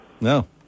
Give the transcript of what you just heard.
No